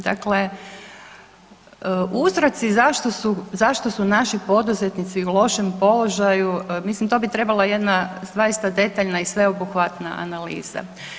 Dakle, uzroci zašto su naši poduzetnici u lošem položaju, mislim, to bi trebala jedna zaista detaljna i sveobuhvatna analiza.